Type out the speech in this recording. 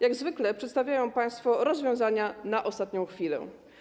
Jak zwykle przedstawiają państwo rozwiązania na ostatnią chwilę.